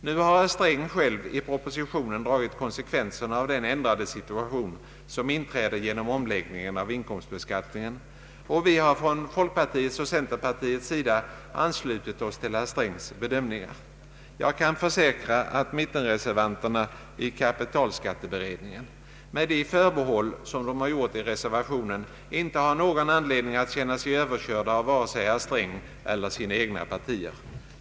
Nu har herr Sträng själv i propositionen dragit konsekvenserna av den ändrade situation, som inträder genom omläggningen av inkomstbeskattningen, och vi har från folkpartiets och centerpartiets sida anslutit oss till herr Strängs bedömningar. Jag kan försäkra att mittenreservanterna i kapitalskatteberedningen — med hänsyn till de förbehåll som gjorts i reservationen — inte har någon anledning att känna sig överkörda av vare sig herr Sträng eller sina egna partier.